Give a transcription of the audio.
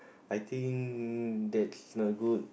I think that's not good